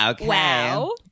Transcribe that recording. Wow